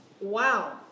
wow